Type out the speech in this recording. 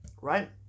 right